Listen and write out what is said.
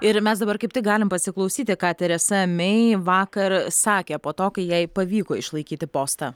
ir mes dabar kaip tik galim pasiklausyti ką teresa mei vakar sakė po to kai jai pavyko išlaikyti postą